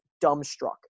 dumbstruck